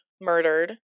murdered